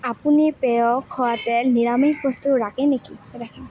আপুনি পেয় খোৱা তেল নিৰামিষ বস্তু ৰাখে নেকি